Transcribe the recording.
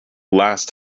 last